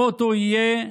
המוטו יהיה,